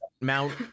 Mount